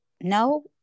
no